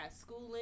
schooling